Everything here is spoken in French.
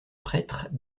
prêtre